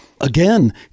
again